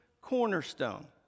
cornerstone